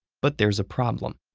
but there's a problem.